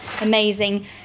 amazing